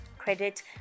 Credit